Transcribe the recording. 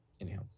anyhow